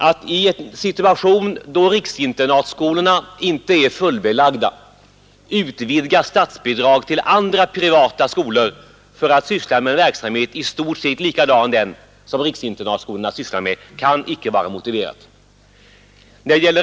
Att i en situation då riksinternatskolorna inte är fullbelagda utvidga statsbidrag till andra privata skolor för att de skall syssla med verksamhet i stort sett likadan som den som riksinternatskolorna bedriver kan icke vara motiverat.